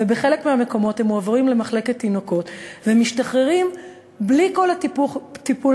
ובחלק מהמקומות הם מועברים למחלקת תינוקות ומשתחררים בלי כל הטיפול